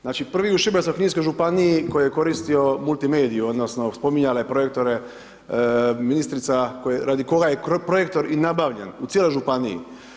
Znači prvi u Šibensko-kninskoj županiji koji je koristio multimedij, odnosno spominjala je projektore ministrica, radi koga je projektor i nabavljen, u cijeloj županiji.